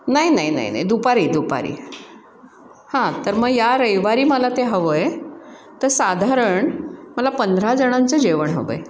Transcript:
नाही नाही नाही नाही दुपारी दुपारी हां तर मग या रविवारी मला ते हवं आहे तर साधारण मला पंधराजणांचं जेवण हवं आहे